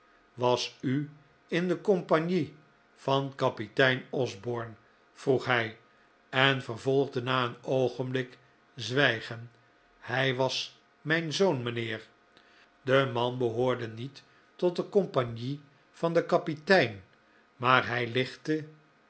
was u in de compagnie van kapitein osborne vroeg hij en vervolgde na een oogenblik zwijgen hij was mijn zoon mijnheer de man behoorde niet tot de compagnie van den kapitein maar hij lichtte